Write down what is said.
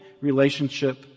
relationship